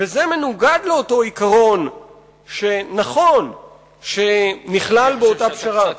וזה מנוגד לאותו עיקרון שנכון שנכלל באותה פשרה.